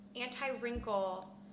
anti-wrinkle